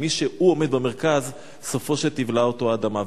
ומי שהוא עומד במרכז, סופו שתבלע אותו האדמה.